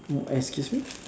oh excuse me